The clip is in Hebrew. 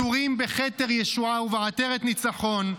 -- עטורים בכתר ישועה ובעטרת ניצחון,